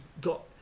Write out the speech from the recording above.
got